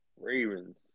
Ravens